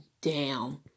down